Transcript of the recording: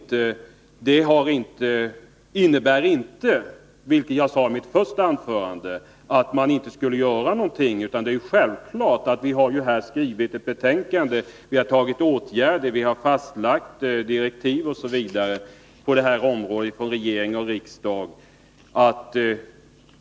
Det innebär inte — och det sade jag i mitt första anförande — att man inte skall göra någonting. Det är ju självklart. Vi har ju från både regeringens och riksdagens sida skrivit olika betänkanden, vidtagit åtgärder, fastlagt direktiv osv. på det här området.